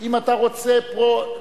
אם אתה רוצה פרו,